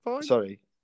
Sorry